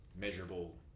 measurable